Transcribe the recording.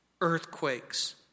earthquakes